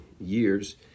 years